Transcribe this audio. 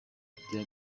kugira